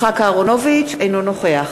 נוכח